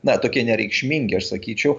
na tokie nereikšmingi aš sakyčiau